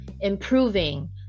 improving